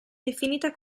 definita